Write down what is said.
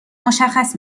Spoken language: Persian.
مشخص